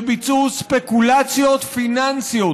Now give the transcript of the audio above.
שביצעו ספקולציות פיננסיות